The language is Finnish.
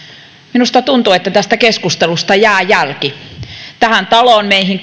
minusta tuntuu että tästä keskustelusta jää jälki tähän taloon meihin